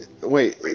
wait